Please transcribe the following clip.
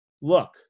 look